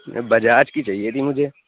نہیں بجاج کی چاہیے تھی مجھے